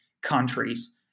countries